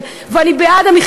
אני בעד הסטודנטים במדינת ישראל,